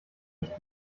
ich